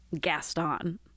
Gaston